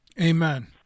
Amen